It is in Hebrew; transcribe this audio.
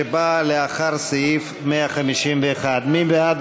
שבאה לאחר סעיף 151. מי בעד